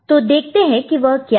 तो देखते हैं कि वह क्या है